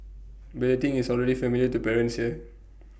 balloting is already familiar to parents here